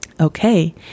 Okay